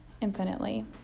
infinitely